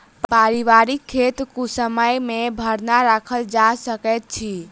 पारिवारिक खेत कुसमय मे भरना राखल जा सकैत अछि